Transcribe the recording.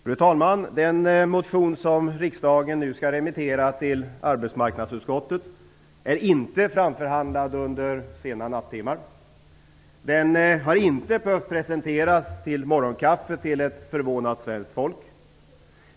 Fru talman! Den motion som riksdagen nu skall remittera till arbetsmarknadsutskottet är inte framförhandlad under sena nattimmar. Den har inte behövts presenteras till morgonkaffet till ett förvånat svenskt folk.